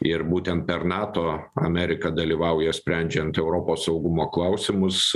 ir būtent per nato amerika dalyvauja sprendžiant europos saugumo klausimus